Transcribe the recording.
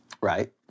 Right